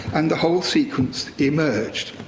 and the whole sequence emerged.